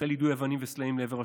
החל יידוי אבנים וסלעים לעבר השוטרים.